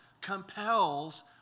compels